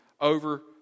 over